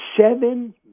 seven